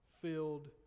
filled